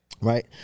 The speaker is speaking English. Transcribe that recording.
Right